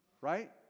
right